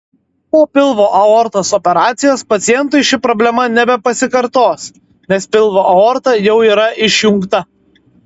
po pilvo aortos operacijos pacientui ši problema nebepasikartos nes pilvo aorta jau yra išjungta